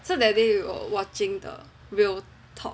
so that day we were watching the real talk